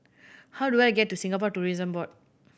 how do I get to Singapore Tourism Board